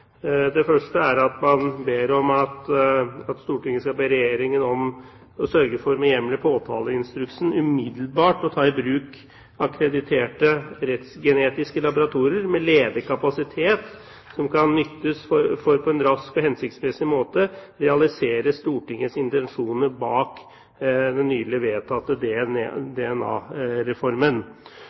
Det første er at Stortinget ber Regjeringen sørge for med hjemmel i påtaleinstruksen umiddelbart å ta i bruk akkrediterte rettsgenetiske laboratorier med ledig kapasitet som kan nyttes for på en rask og hensiktsmessig måte realisere Stortingets intensjoner bak den nylig vedtatte